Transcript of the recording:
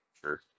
Sure